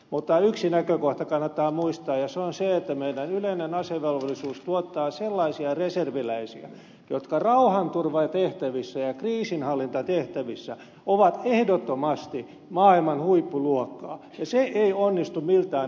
mutta yksi näkö kohta kannattaa muistaa ja se on se että meidän yleinen asevelvollisuutemme tuottaa sellaisia reserviläisiä jotka rauhanturvaajatehtävissä ja kriisinhallintatehtävissä ovat ehdottomasti maailman huippuluokkaa ja se ei onnistu miltään ammattiarmeijalta